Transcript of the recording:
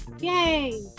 Yay